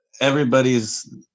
everybody's